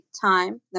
time